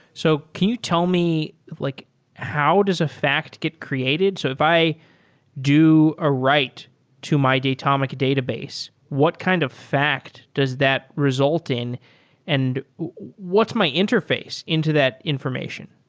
so can you tell me like how does a fact get created? so if i do a write to my datomic database, what kind of fact does that result in and what's my interface into that information?